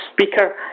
speaker